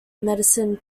medicine